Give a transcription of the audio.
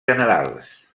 generals